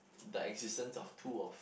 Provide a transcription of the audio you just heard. the existence of two of